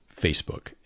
Facebook